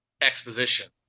exposition